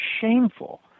shameful